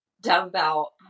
dumbbell